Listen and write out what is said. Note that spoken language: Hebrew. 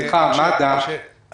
משה, משה, לא.